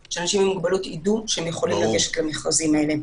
כך שאנשים עם מוגבלות יידעו שהם יכולים לגשת למכרזים האלה.